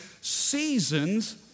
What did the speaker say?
seasons